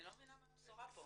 אני לא מבינה מה הבשורה פה.